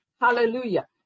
hallelujah